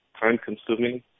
time-consuming